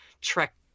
Trek